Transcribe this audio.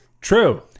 true